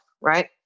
Right